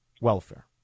welfare